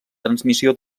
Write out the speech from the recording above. transmissió